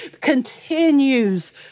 continues